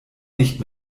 nicht